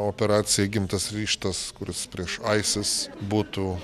operacija įgimtas ryžtas kuris prieš isis būtų